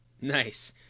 Nice